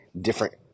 different